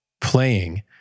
Playing